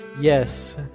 Yes